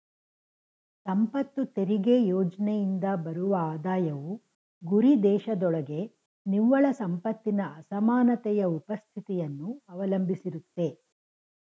ಸಂಪತ್ತು ತೆರಿಗೆ ಯೋಜ್ನೆಯಿಂದ ಬರುವ ಆದಾಯವು ಗುರಿದೇಶದೊಳಗೆ ನಿವ್ವಳ ಸಂಪತ್ತಿನ ಅಸಮಾನತೆಯ ಉಪಸ್ಥಿತಿಯನ್ನ ಅವಲಂಬಿಸಿರುತ್ತೆ